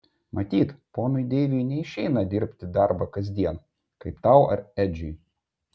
matyt ponui deiviui neišeina dirbti darbą kasdien kaip tau ar edžiui